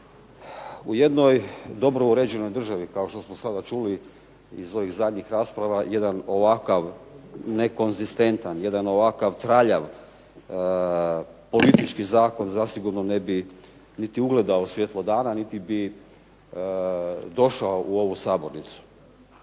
U jednoj dobro uređenoj državi kao što smo sada čuli jedan ovakav nekonzistentan, jedan ovakav traljav politički zakon zasigurno ne bi ugledao svjetlo dana niti bi došao u ovu Sabornicu.